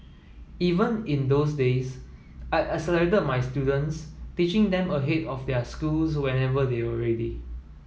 even in those days I accelerated my students teaching them ahead of their schools whenever they were ready